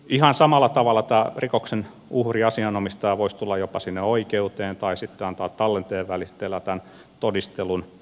ihan samalla tavalla tämä rikoksen uhri asianomistaja voisi tulla jopa sinne oikeuteen tai sitten antaa tallenteen välityksellä tämän todistelun